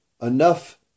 enough